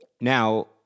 Now